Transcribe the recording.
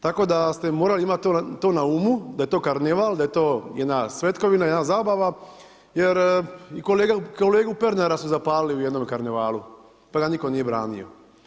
Tako da ste morali imati to na umu, da je to karneval, da je to jedna svetkovina, jedna zabava jer i kolege Pernara su zapalili u jednom karnevalu pa ga nitko nije branio.